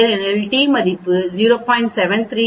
நாம் p மதிப்பை விட குறைவாக பெற்றால் ஏனெனில் t மதிப்பு 0